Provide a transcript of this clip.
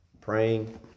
Praying